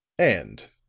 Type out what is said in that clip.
and,